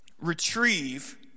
retrieve